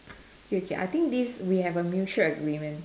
K okay I think this we have a mutual agreement